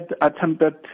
attempted